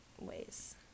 ways